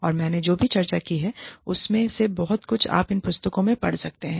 और मैंने जो भी चर्चा की है उसमें से बहुत कुछ आप इन पुस्तकों में पढ़ सकते हैं